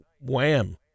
wham